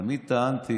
תמיד טענתי